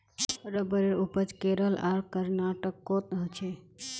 रबरेर उपज केरल आर कर्नाटकोत होछे